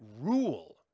rule